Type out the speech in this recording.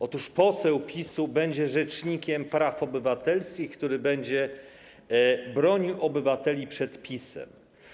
Otóż poseł PiS-u będzie rzecznikiem praw obywatelskich, który będzie bronił obywateli przed PiS-em.